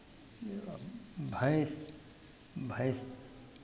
भैंस भैंस